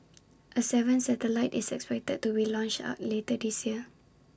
A seventh satellite is expected to relaunch are later this year